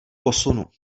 posunu